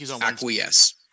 acquiesce